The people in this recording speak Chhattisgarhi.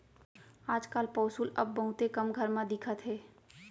आज काल पौंसुल अब बहुते कम घर म दिखत हे